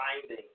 finding